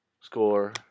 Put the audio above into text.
score